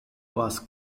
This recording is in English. was